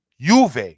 Juve